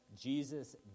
Jesus